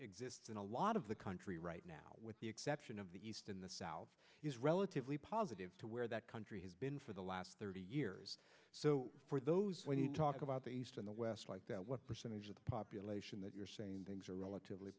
exists in a lot of the country right now with the exception of the east in the south is relatively positive to where that country has been for the last thirty years so for those when you talk about the east in the west like that what percentage of the population that you're saying things are relatively